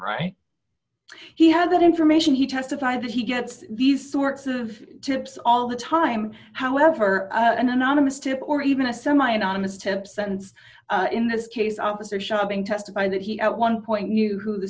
right he had that information he testified that he gets these sorts of tips all the time however an anonymous tip or even a semi anonymous tip sends in this case officer shopping testify that he at one point knew who the